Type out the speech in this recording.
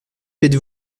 faites